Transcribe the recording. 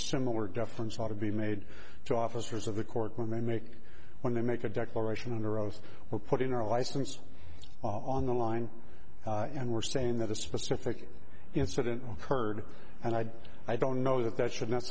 similar deference ought to be made to officers of the court women make when they make a declaration under oath we're putting our license on the line and we're saying that a specific incident occurred and i i don't know that that should n